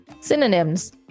Synonyms